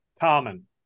Common